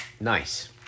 Nice